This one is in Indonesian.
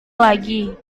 lagi